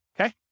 Okay